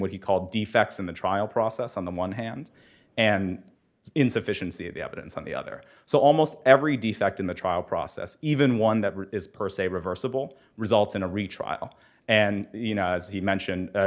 what he called the facts in the trial process on the one hand and insufficiency of evidence on the other so almost every defect in the trial process even one that is per se reversible results in a retrial and you know as you mentioned a